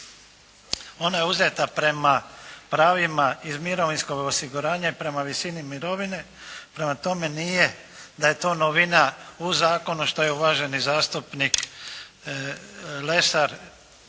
Ona je uzeta prema pravima iz mirovinskog osiguranja i prema visini mirovine, prema tome nije da je to novina u zakonu, što je uvaženi zastupnik Lesar